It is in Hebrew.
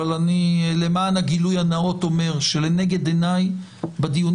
אבל למען הגילוי הנאות אני אומר שלנגד עיני בדיונים